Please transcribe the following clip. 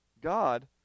God